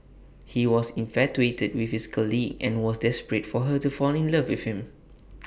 he was infatuated with his colleague and was desperate for her to fall in love with him